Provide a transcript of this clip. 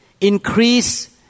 increase